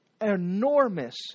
enormous